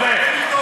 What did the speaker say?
הולך.